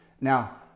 now